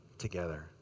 together